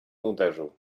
uderzył